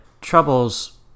troubles